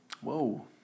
Whoa